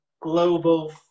global